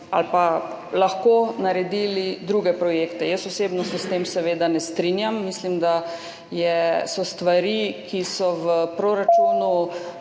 ali lahko naredili druge projekte. Jaz osebno se s tem seveda ne strinjam. Mislim, da so stvari, ki so v proračunu